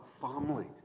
family